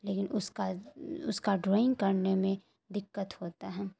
لیکن اس کا اس کا ڈرائنگ کرنے میں دقت ہوتا ہے